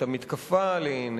את המתקפה עליהן,